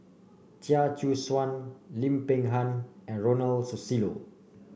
Chia Choo Suan Lim Peng Han and Ronald Susilo